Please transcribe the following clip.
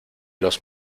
los